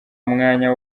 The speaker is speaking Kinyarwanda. mwanya